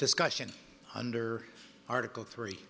discussion under article three